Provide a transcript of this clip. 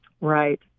Right